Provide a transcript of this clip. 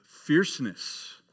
fierceness